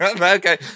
Okay